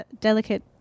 delicate